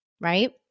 right